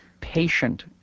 patient